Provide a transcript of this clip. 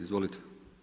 Izvolite.